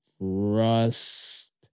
Rust